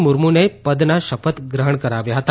મુર્મુને પદના શપથ ગ્રહણ કરાવ્યા હતા